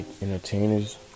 entertainers